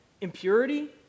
impurity